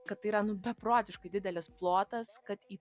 kad tai yra nu beprotiškai didelis plotas kad į